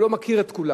הוא לא מכיר את כולם,